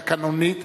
תקנונית,